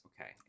Okay